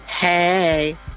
Hey